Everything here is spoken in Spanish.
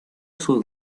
sus